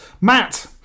Matt